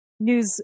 news